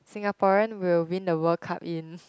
Singaporean will win the World Cup in